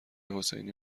حسینی